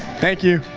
thank you.